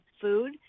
food